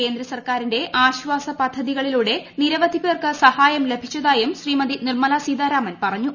കേന്ദ്ര സർക്കാറിന്റെ ആശ്വാസ പദ്ധതികളിലൂടെ നിരവധി പേർക്ക് സഹായം ലഭിച്ചതായും ശ്രീമതി നിർമല സീതാരാമൻ പറഞ്ഞു